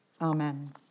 Amen